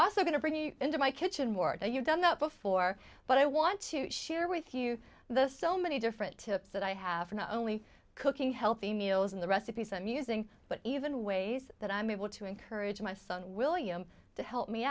also going to bring you into my kitchen where you've done that before but i want to share with you the so many different tips that i have for not only cooking healthy meals in the recipes amusing but even ways that i'm able to encourage my son william to help me